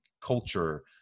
culture